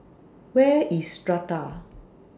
Where IS Strata